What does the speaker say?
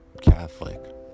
Catholic